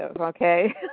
okay